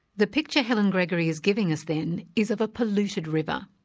the picture helen gregory is giving us then, is of a polluted river,